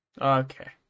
Okay